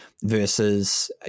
versus